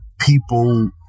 people